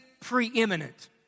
preeminent